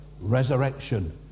resurrection